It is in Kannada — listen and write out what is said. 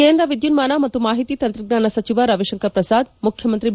ಕೇಂದ್ರ ವಿದ್ಯುನ್ಮಾನ ಮತ್ತು ಮಾಹಿತಿ ತಂತ್ರಜ್ಞಾನ ಸಚಿವ ರವಿಶಂಕರ್ ಪ್ರಸಾದ್ ಮುಖ್ಯಮಂತ್ರಿ ಬಿ